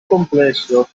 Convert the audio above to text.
complesso